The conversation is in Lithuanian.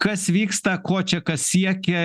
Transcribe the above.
kas vyksta ko čia kas siekia